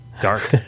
Dark